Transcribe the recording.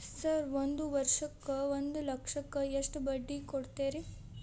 Sir ಒಂದು ವರ್ಷಕ್ಕ ಒಂದು ಲಕ್ಷಕ್ಕ ಎಷ್ಟು ಬಡ್ಡಿ ಕೊಡ್ತೇರಿ?